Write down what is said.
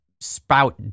sprout